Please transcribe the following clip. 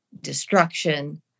destruction